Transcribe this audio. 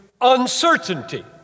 uncertainty